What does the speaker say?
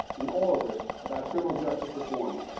in all of this, about criminal justice reform.